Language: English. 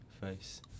face